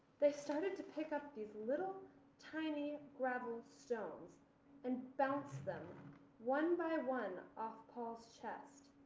they started to pick up these little tiny gravel stones and bounce them one by one off paul's chest.